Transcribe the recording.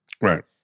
Right